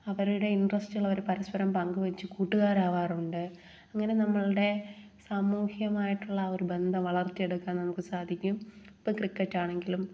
അവരുടെ ഇൻട്രസ്റ്റുകൾ അവർ പരസ്പരം പങ്കുവെച്ചും കൂട്ടുകാരാകാറുണ്ട് അങ്ങനെ നമ്മളുടെ സാമൂഹ്യമായിട്ടുള്ള ആ ഒരു ബന്ധം വളർത്തിയെടുക്കാൻ നമുക്ക് സാധിക്കും ഇപ്പം ക്രിക്കറ്റ് ആണെങ്കിലും